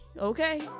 Okay